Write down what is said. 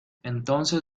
entonces